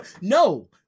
No